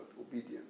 obedience